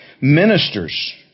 ministers